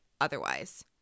otherwise